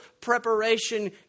preparation